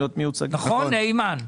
נכון, אימאן?